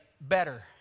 better